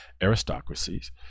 aristocracies